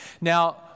Now